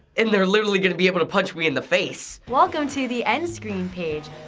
and they're literally gonna be able to punch me in the face. welcome to the end screen page,